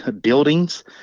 buildings